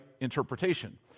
interpretation